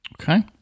Okay